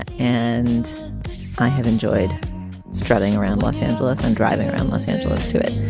and i have enjoyed strutting around los angeles and driving around los angeles to it.